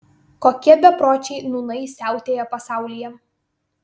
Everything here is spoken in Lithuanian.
kokie bepročiai nūnai siautėja pasaulyje